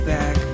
Back